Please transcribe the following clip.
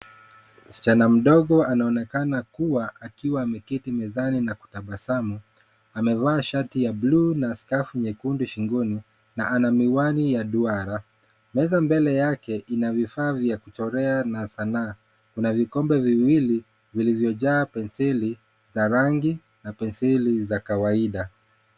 Msichana mdogo anaonekana kuwa akiwa ameketi mezani na kutabasamu. Amevaa shati ya buluu na skafu nyekundu shingoni na ana miwani ya duara. Meza mbele yake ina vifaa vya kuchorea na sanaa. Kuna vikombe viwili vilivyo jaa penseli la rangi na penseli la kawaida.